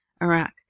iraq